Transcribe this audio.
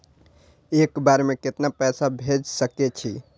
एक बार में केतना पैसा भेज सके छी?